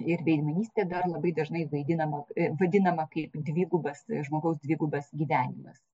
ir veidmainystė dar labai dažnai vaidinama vadinama kaip dvigubas žmogaus dvigubas gyvenimas